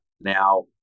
now